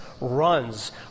runs